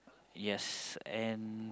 yes and